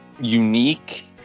unique